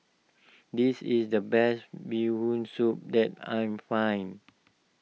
this is the best Bee Hoon Soup that I'm find